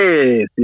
Yes